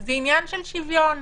אלא עניין של שוויון.